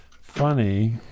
funny